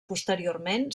posteriorment